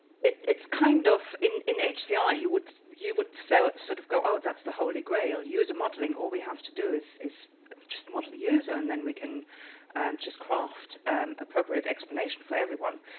it's kind of in in hci ah you would you would so sort of go, oh, that's the wholly grail. user modeling, all we have to do is is just model the user and then we can and just craft appropriate explanation for everyone.